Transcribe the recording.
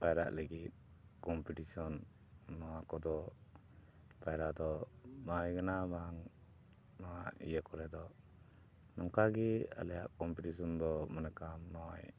ᱯᱟᱭᱨᱟᱜ ᱞᱟᱹᱜᱤᱫ ᱠᱚᱢᱯᱤᱴᱤᱥᱚᱱ ᱱᱚᱣᱟ ᱠᱚᱫᱚ ᱯᱟᱭᱨᱟ ᱫᱚ ᱵᱟᱝ ᱦᱩᱭ ᱠᱟᱱᱟ ᱵᱟᱝ ᱱᱚᱣᱟ ᱤᱭᱟᱹ ᱠᱚᱨᱮ ᱫᱚ ᱱᱚᱝᱠᱟ ᱜᱮ ᱟᱞᱮᱭᱟᱜ ᱠᱚᱢᱯᱤᱴᱤᱥᱚᱱ ᱫᱚ ᱢᱚᱱᱮ ᱠᱟᱜ ᱟᱢ ᱱᱚᱜᱼᱚᱭ